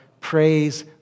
Praise